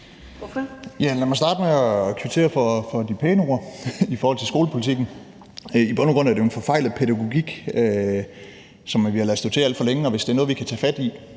(LA): Lad mig starte med at kvittere for de pæne ord i forhold til skolepolitikken. I bund og grund er det jo en forfejlet pædagogik, og vi har ladet stå til alt for længe, og hvis det er noget, vi kan tage fat på